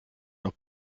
noch